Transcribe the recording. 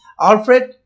alfred